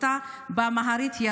יסבירו באמהרית.